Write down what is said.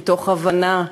מתוך הבנה,